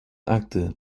actor